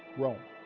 rome.